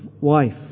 wife